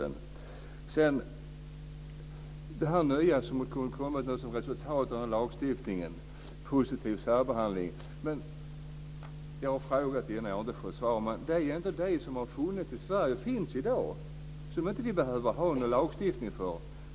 Det nya som har blivit resultatet av lagstiftningen är positiv särbehandling. Jag har ställt frågor om detta tidigare men inte fått svar. Men det är inte det som har funnits i Sverige och som finns i dag och som vi inte behöver ha någon lagstiftning för.